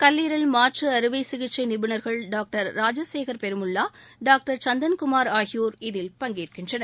கல்லீரல்மாற்று அறுவை சிகிச்சை நிபுணர்கள் டாக்டர் ராஜசேகர் பெருமுல்லா டாக்டர் சந்தன்குமார் ஆகியோர் இதில் பங்கேற்கின்றனர்